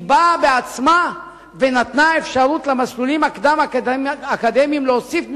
באה בעצמה ונתנה אפשרות למסלולים הקדם-אקדמיים להוסיף משלהם.